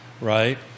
right